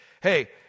hey